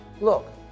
Look